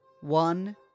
one